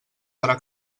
serà